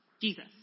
Jesus